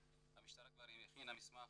המשטרה כבר הכינה מסמך,